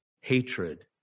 hatred